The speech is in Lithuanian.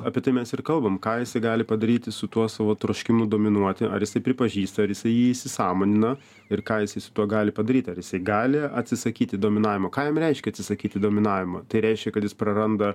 apie tai mes ir kalbam ką jisai gali padaryti su tuo savo troškimu dominuoti ar jisai pripažįsta ar jisai jį įsisąmonina ir ką jisai su tuo gali padaryti ar jisai gali atsisakyti dominavimo ką jam reiškia atsisakyti dominavimo tai reiškia kad jis praranda